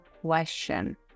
question